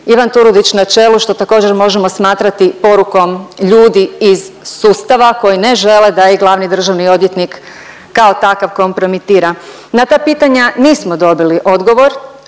Ivan Turudić na čelu, što također možemo smatrati porukom ljudi iz sustava koji ne žele da ih glavni državni odvjetnik kao takav kompromitira. Na ta pitanja nismo dobili odgovor